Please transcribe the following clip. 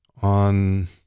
On